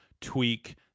tweak